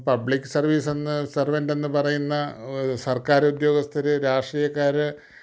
public service എന്ന സർവെൻ്റെന്ന് പറയുന്ന സർക്കാർ ഉദ്യോഗസ്ഥരെ രാഷ്ട്രീയക്കാരെ